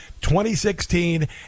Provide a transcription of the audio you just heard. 2016